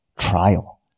Trial